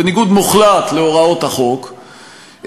בניגוד מוחלט להוראות החוק,